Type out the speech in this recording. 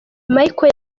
mikel